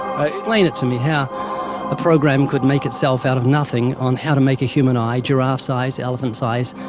explain it to me, how a program could make itself out of nothing on how to make a human eye, giraffe's eyes, elephant's eyes,